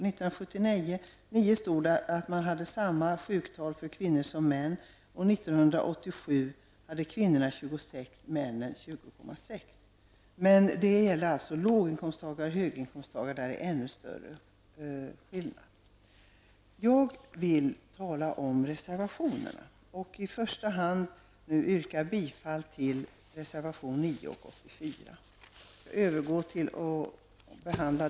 Det står att läsa att kvinnor 1979 hade samma sjuktal som män och att kvinnor 1987 hade 26 sjukdagar och män 20,6. Det gäller låginkomsttagare. I fråga om höginkomsttagare är skillnaden ännu större. Sedan vill jag säga något om de olika reservationerna. Först och främst yrkar jag bifall till reservationerna 9 och 84.